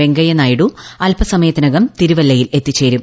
വെങ്കയ്യ നായിഡു അല്പസമയത്തിനകം തിരുവല്ലയിൽ എത്തിചേരും